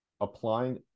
applying